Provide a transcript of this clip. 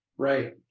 Right